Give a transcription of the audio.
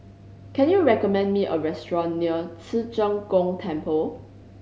can you recommend me a restaurant near Ci Zheng Gong Temple